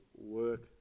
work